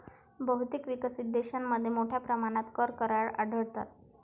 बहुतेक विकसित देशांमध्ये मोठ्या प्रमाणात कर करार आढळतात